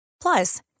Plus